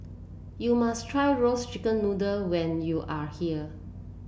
you must try Roasted Chicken Noodle when you are here